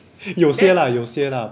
有些 lah 有些 lah